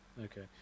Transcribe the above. Okay